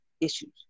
issues